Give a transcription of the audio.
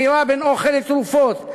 בחירה בין אוכל לתרופות.